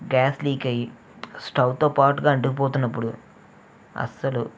gas leak అయ్యి స్టవ్తో పాటుగా అంటుకుపోతున్నప్పుడు అస్సలు